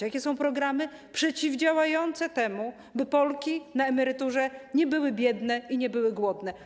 Jakie są programy przeciwdziałające temu, by Polki na emeryturze nie były biedne i nie były głodne?